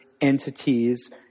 entities